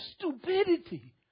stupidity